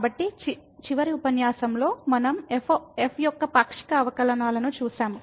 కాబట్టి చివరి ఉపన్యాసంలో మనం f యొక్క పాక్షిక అవకలనాలను చూశాము